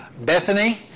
Bethany